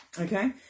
okay